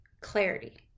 clarity